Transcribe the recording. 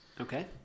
Okay